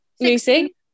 Lucy